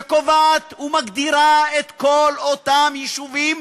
שקובעת ומגדירה את כל אותם יישובים